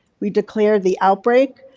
we declare the outbreak,